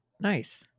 Nice